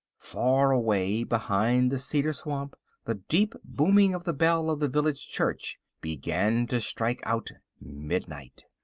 far away behind the cedar swamp the deep booming of the bell of the village church began to strike out midnight.